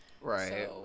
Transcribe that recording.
right